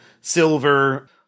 silver